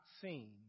seen